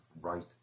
right